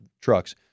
trucks